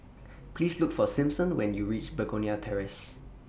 Please Look For Simpson when YOU REACH Begonia Terrace